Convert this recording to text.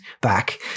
back